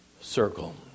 circle